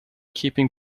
keeping